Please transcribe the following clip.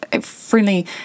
Friendly